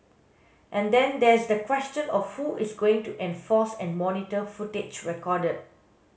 and then there's the question of who is going to enforce and monitor footage recorded